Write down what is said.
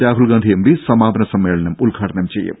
Rahul Gandhi M P സമാപന സമ്മേളനം ഉദ്ഘാടനം ചെയ്യും